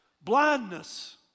Blindness